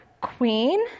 queen